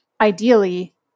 ideally